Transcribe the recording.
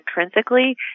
intrinsically